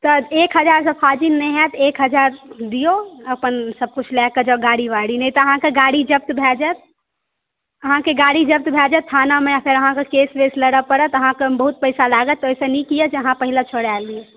एक हजार सॅं फाजिल नहि हैत एक हजार दियौ अपन सब किछु लय कऽ जाउ गाड़ी वाड़ी नहि तऽ अहाँके गाडी जब्त भय जायत अहाँके गाडी जब्त भय जायत थाना मे अहाँकेॅं केश उश लड़य पड़त अहाँके बहुत पैसा लागत ओहि सॅं नीक छै जे अहाँ अपन छोड़ाय लिअ